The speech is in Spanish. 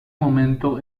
momento